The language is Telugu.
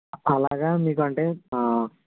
అలాగా మీకు అంటే